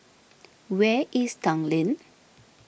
where is Tanglin